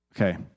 Okay